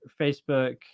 Facebook